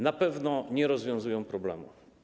Na pewno nie rozwiązują problemu.